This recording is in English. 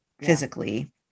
physically